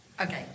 Okay